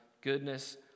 goodness